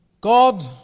God